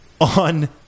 on